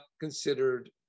considered